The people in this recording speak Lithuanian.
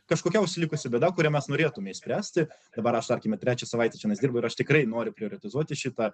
kažkokia užsilikusi bėda kurią mes norėtume išspręsti dabar aš tarkime trečią savaitę čianais dirbu ir aš tikrai noriu prioretizuoti šitą